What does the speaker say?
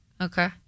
okay